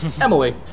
Emily